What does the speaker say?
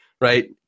right